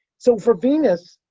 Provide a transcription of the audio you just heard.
so, for venus,